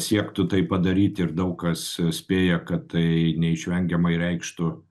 siektų tai padaryti ir daug kas spėja kad tai neišvengiamai reikštų